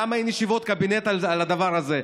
למה אין ישיבות קבינט על הדבר הזה?